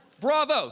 Bravo